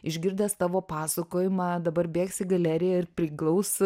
išgirdęs tavo pasakojimą dabar bėgs į galeriją ir priglaus